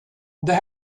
they